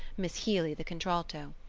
miss healy, the contralto.